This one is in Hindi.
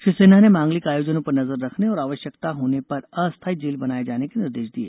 श्री सिन्हा ने मांगलिक आयोजनों पर नजर रखने और आवश्यकता होने पर अस्थाई जेल बनाए जाने के निर्देश दिए